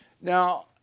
Now